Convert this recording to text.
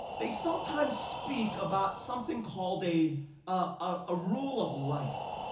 they sometimes speak about something called a ah rule of life.